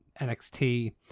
NXT